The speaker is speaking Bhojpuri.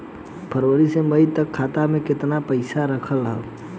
फरवरी से मई तक खाता में केतना पईसा रहल ह?